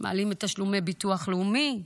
מעלים את תשלומי הביטוח הלאומי,